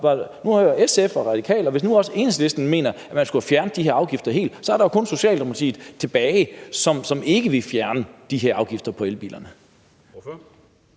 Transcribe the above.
Nu har vi hørt SF og De Radikale, og hvis også Enhedslisten nu mener, at man skulle have fjernet de her afgifter helt, er der kun Socialdemokratiet tilbage, som ikke vil fjerne de her afgifter på elbilerne.